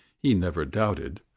he never doubted,